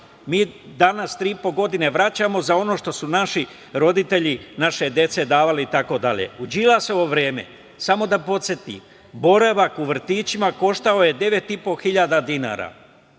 Mi danas tri i po godine vraćamo za ono što su naši roditelji naše dece davali itd.U Đilasovo vreme, samo da podsetim, boravak u vrtićima koštao je 9.500 dinara,